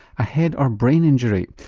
a head or brain injury.